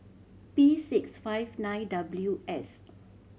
P six five nine W S